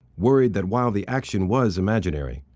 worried that, while the action was imaginary,